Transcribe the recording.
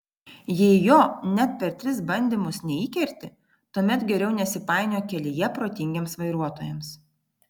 jei jo net per tris bandymus neįkerti tuomet geriau nesipainiok kelyje protingiems vairuotojams